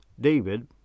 David